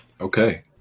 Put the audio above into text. Okay